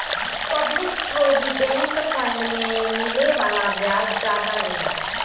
public provident fund पे मिले वाला ब्याज जादा होला